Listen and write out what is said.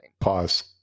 Pause